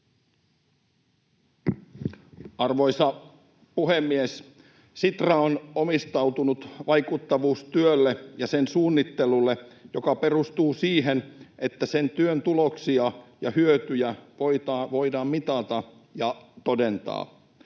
Arvoisa puhemies! Sitra on omistautunut vaikuttavuustyölle ja sen suunnittelulle, joka perustuu siihen, että sen työn tuloksia ja hyötyjä voidaan mitata ja todentaa.